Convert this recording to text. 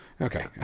Okay